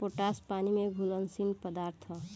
potash पानी में घुलनशील पदार्थ ह